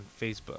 Facebook